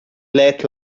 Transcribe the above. let